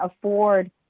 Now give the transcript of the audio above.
afford